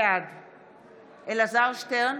בעד אלעזר שטרן,